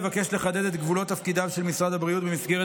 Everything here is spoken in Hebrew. נבקש לחדד את גבולות תפקידיו של משרד הבריאות במסגרת